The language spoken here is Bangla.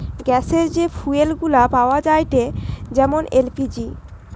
গ্যাসের যে ফুয়েল গুলা পাওয়া যায়েটে যেমন এল.পি.জি